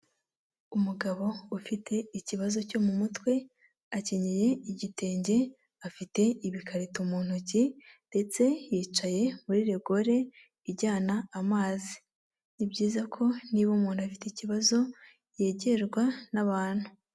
Umugabo ufite ikibazo cyo mu mutwe, akenye igitenge afite ibikarito mu ntoki ndetse yicaye muri rigore ijyana amazi, ni byiza ko niba umuntu afite ikibazo yegerwa n'abantu.